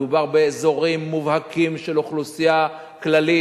מדובר באזורים מובהקים של אוכלוסייה כללית,